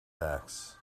backs